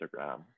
instagram